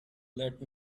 let